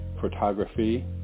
photography